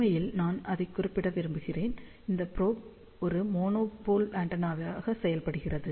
உண்மையில் நான் இதைக் குறிப்பிட விரும்புகிறேன் இந்த ப்ரொப் ஒரு மோனோபோல் ஆண்டெனாவாக செயல்படுகிறது